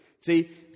See